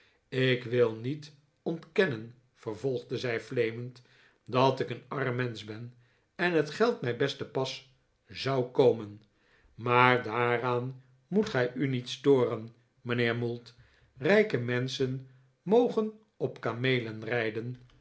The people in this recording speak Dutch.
ik wil niet ontkennen vervolgde zij fleemend dat ik een arm mensch ben en het geld mij best te pas zou komen maar daaraan moet gij u niet storen mijnheer mould rijke menschen mogen op kameelen rijden